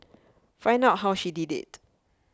find out how she did it